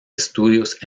estudios